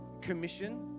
commission